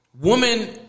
woman